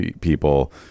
people